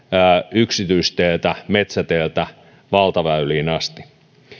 yksityisteiltä ja metsäteiltä valtaväyliin asti